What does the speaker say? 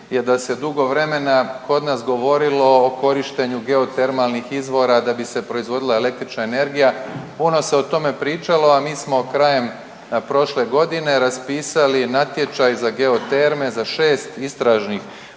je da se dugo vremena kod nas govorilo o korištenju geotermalnih izvora da bi se proizvodila električna energija. Puno se o tome pričalo, a mi smo krajem prošle godine raspisali natječaj za geoterme, za šest istražnih